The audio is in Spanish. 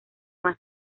más